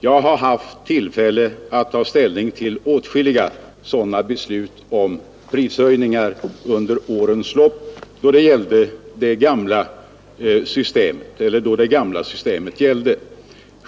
Jag har haft tillfälle att ta ställning till åtskilliga sådana beslut om prishöjningar under årens lopp, då det gamla systemet gällde.